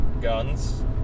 guns